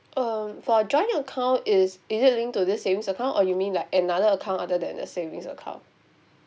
um for joint account is is it a link to this savings account or you mean like another account other than this savings account